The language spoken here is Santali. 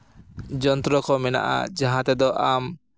ᱡᱚᱱᱛᱨᱚ ᱠᱚ ᱢᱮᱱᱟᱜᱼᱟ ᱡᱟᱦᱟᱸ ᱛᱮᱫᱚ ᱟᱢ